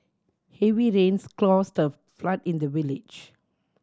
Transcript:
heavy rains caused a flood in the village